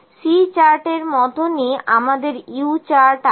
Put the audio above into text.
C চার্টের মতনই আমাদের U চার্ট আছে